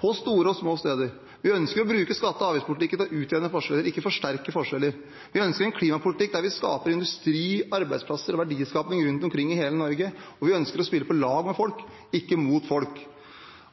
på store og små steder, og vi ønsker å bruke skatte- og avgiftspolitikken til å utjevne forskjeller, ikke forsterke forskjeller. Vi ønsker en klimapolitikk der vi skaper industri, arbeidsplasser og verdiskaping rundt omkring i hele Norge, og vi ønsker å spille på lag med folk, ikke mot folk.